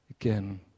again